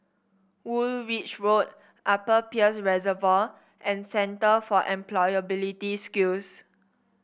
Woolwich Road Upper Peirce Reservoir and Centre for Employability Skills